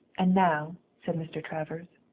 and now, said mr. travers,